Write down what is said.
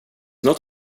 not